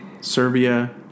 Serbia